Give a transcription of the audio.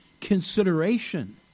consideration